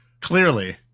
Clearly